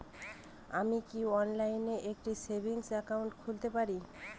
আমি কি অনলাইন একটি সেভিংস একাউন্ট খুলতে পারি?